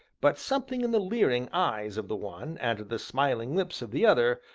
but something in the leering eyes of the one, and the smiling lips of the other,